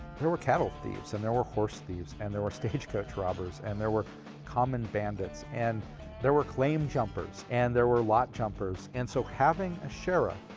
there were cattle thieves, and there were horse thieves, and there were stagecoach robbers, and there were common bandits, and there were claim jumpers, and there were lot jumpers. and so having a sheriff,